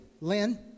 Lynn